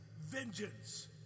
Vengeance